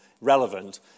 relevant